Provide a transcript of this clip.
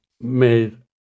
made